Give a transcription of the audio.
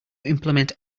implement